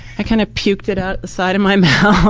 i kind of puked it out the side of my mouth.